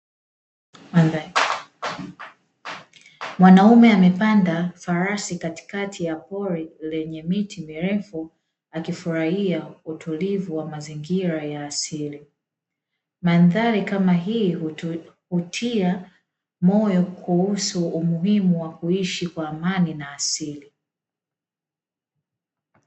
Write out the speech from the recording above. Mwanaume amepanda farasi katikati ya pori lenye miti mirefu, akifurahia utulivu wa mazingira ya asili. Mandhari kama hii hutia moyo kuhusu umuhimu wa kuishi kwa amani na asili.